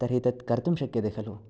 तर्हि तत् कर्तुं शक्यते खलु